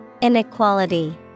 Inequality